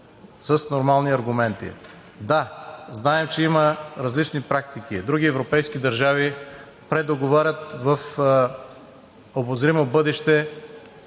с нормални аргументи. Да, зная, че има различни практики. Други европейски държави предоговарят в обозримо бъдеще